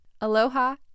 Aloha